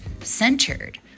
centered